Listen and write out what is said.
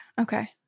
Okay